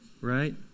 right